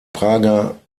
prager